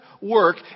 work